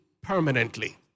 permanently